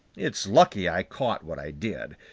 it's lucky i caught what i did.